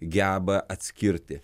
geba atskirti